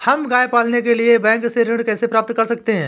हम गाय पालने के लिए बैंक से ऋण कैसे प्राप्त कर सकते हैं?